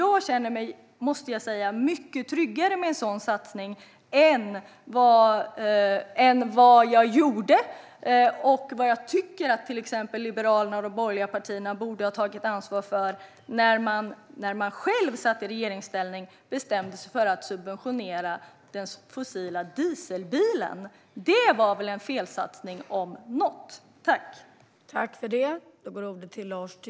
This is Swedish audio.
Jag känner mig mycket tryggare med en sådan satsning än jag gjorde när Liberalerna och de andra borgerliga partierna själva satt i regeringsställning och bestämde sig för att subventionera den fossila dieselbilen, i stället för att ta ansvar för miljön. Det om något var väl en felsatsning!